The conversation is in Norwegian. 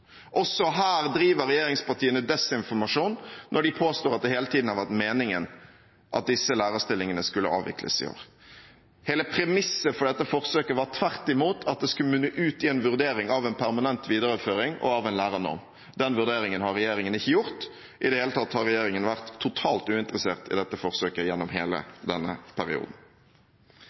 Også her driver regjeringspartiene desinformasjon når de påstår at det hele tiden har vært meningen at disse lærerstillingene skulle avvikles i år. Hele premisset for dette forsøket var tvert imot at det skulle munne ut i en vurdering av en permanent videreføring og av en lærernorm. Den vurderingen har regjeringen ikke gjort. I det hele tatt har regjeringen vært totalt uinteressert i dette forsøket gjennom hele denne perioden.